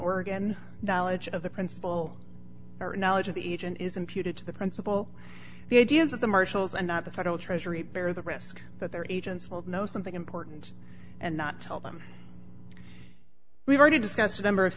oregon knowledge of the principle or knowledge of the agent is imputed to the principal the idea is that the marshals and not the federal treasury bear the risk that their agents will know something important and not tell them we've already discussed a number of